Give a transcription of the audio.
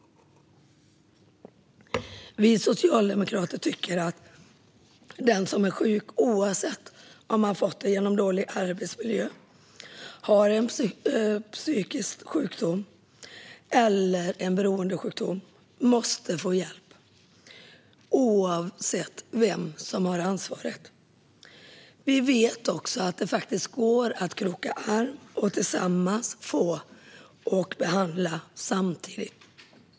Vi socialdemokrater tycker att den som är sjuk - oavsett om man fått sjukdomen genom dålig arbetsmiljö eller om man har en psykisk sjukdom eller en beroendesjukdom - måste få hjälp, oavsett vem som har ansvaret. Vi vet också att det faktiskt går att kroka arm och behandla personer samtidigt.